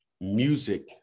music